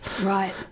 Right